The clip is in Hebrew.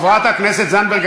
חברת הכנסת זנדברג,